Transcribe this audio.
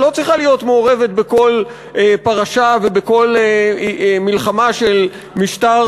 כמדינה שלא צריכה להיות מעורבת בכל פרשה ובכל מלחמה של משטר